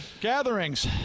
Gatherings